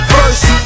First